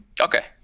Okay